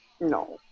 No